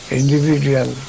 individual